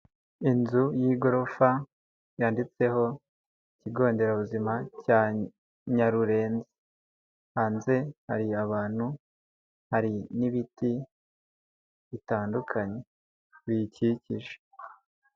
Inzu y'igorofa, yanditseho ikigo nderabuzima cya Nyarurenzi, hanze hari abantu hari n'ibiti bitandukanye biyikikije.